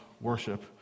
worship